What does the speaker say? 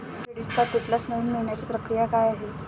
Credit card तुटल्यास नवीन मिळवण्याची प्रक्रिया काय आहे?